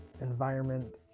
environment